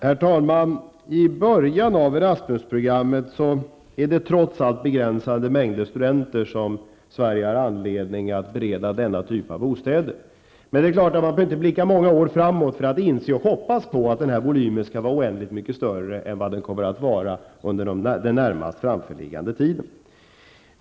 Herr talman! I början av Erasmus-programmet är det trots allt begränsade mängder studenter som Sverige har anledning att bereda denna typ av bostäder. Men man behöver inte blicka många år framåt för att inse, och hoppas på, att den här volymen skall vara oändligt mycket större än vad den kommer att vara den närmaste tiden.